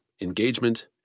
engagement